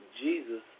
Jesus